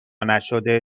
نشده